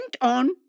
on